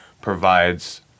provides